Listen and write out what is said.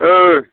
ओ